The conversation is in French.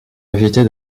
éviter